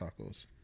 tacos